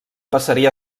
passaria